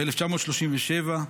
ב-1937,